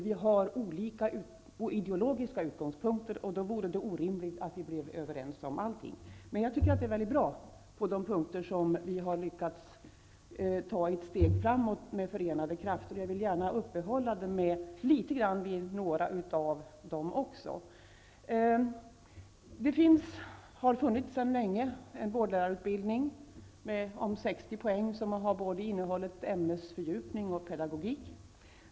Vi har olika ideologiska utgångspunkter. Det vore orimligt om vi blev överens om allt. Men jag tycker att det är väldigt bra att vi på vissa punkter lyckats ta ett steg framåt med förenade krafter. Jag vill gärna uppehålla mig vid några av dem också. Det har sedan länge funnits en vårdlärarutbildning om 60 poäng som innehåller både ämnesfördjupning och pedagogik.